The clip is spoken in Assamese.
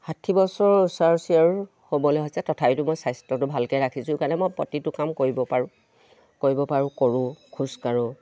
ষাঠি বছৰৰ ওচৰা ওচৰি আৰু হ'বলৈ হৈছে তথাপিতো মই স্বাস্থ্যটো ভালকে ৰাখিছোঁ কাৰণে মই প্ৰতিটো কাম কৰিব পাৰোঁ কৰিব পাৰোঁ কৰোঁ খোজকাঢ়োঁ